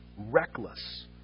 Reckless